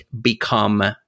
become